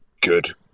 good